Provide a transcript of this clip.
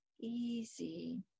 easy